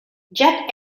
jet